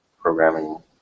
programming